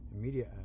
media